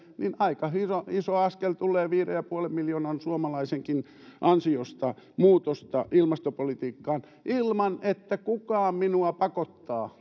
niin aika iso askel tulee viiden pilkku viiden miljoonan suomalaisenkin ansiosta muutosta ilmastopolitiikkaan ilman että kukaan minua pakottaa